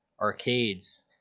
arcades